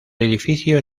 edificio